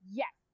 yes